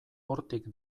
hortik